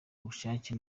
ubushake